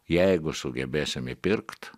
jeigu sugebėsim įpirkt